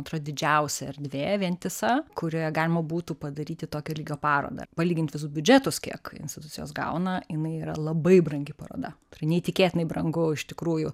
antra didžiausia erdvė vientisa kurioje galima būtų padaryti tokio lygio parodą palyginti visus biudžetus kiek institucijos gauna jinai yra labai brangi paroda tai neįtikėtinai brangu iš tikrųjų